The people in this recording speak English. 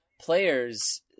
players